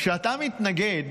כשאתה מתנגד